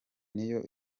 niyo